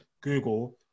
Google